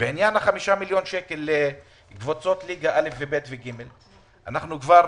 בנוגע לחמישה מיליון שקל לקבוצות בליגה א',ב' ו-ג' בכדורגל?